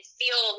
feel